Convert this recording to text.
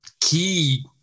key